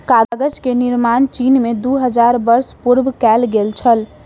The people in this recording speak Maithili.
कागज के निर्माण चीन में दू हजार वर्ष पूर्व कएल गेल छल